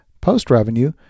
post-revenue